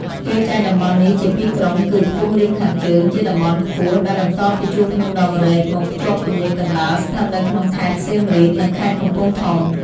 គេចែកតំបន់នេះជាពីរក្រុមគឺ ខ្ពង់រាបខាងជើង ជាតំបន់ខ្ពស់ ដែលបន្តពីជួរភ្នំដងរែកមកភ្ជាប់ទំនាប កណ្តាល ស្ថិតនៅក្នុងខេត្តសៀមរាប និងខេត្តកំពង់ធំ ។